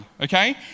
okay